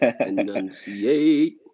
Enunciate